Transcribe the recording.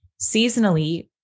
seasonally